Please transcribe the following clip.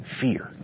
fear